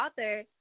author